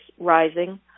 rising